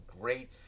great